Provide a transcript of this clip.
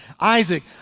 Isaac